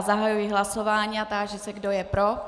Zahajuji hlasování a táži se, kdo je pro.